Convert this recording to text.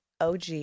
OG